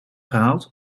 gehaald